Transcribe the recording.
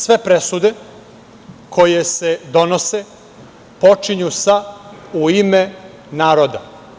Sve presude koje se donose počinju sa - U ime naroda.